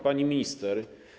Pani Minister!